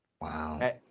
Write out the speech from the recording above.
Wow